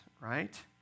right